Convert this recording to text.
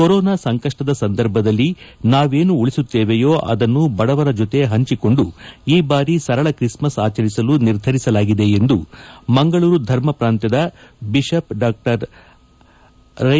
corona ಸಂಕಷ್ಟದ ಸಂದರ್ಭದಲ್ಲಿ ನಾವೇನು ಉಳಿಸುತ್ತೇವೆಯೋ ಅದನ್ನು ಬಡವರ ಜತೆ ಹಂಚಿಕೊಂಡು ಈ ಬಾರಿ ಸರಳ ಕ್ರಿಸ್ಟನ್ ಆಚರಿಸಲು ನಿರ್ಧರಿಸಲಾಗಿದೆ ಎಂದು ಮಂಗಳೂರು ಧರ್ಮ ಪ್ರಾಂತದ ಬಿಷಪ್ ರೈ